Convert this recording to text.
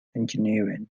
engineering